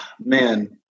man